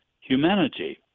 humanity